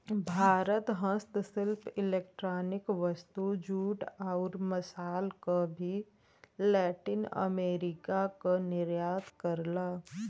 भारत हस्तशिल्प इलेक्ट्रॉनिक वस्तु, जूट, आउर मसाल क भी लैटिन अमेरिका क निर्यात करला